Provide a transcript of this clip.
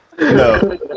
No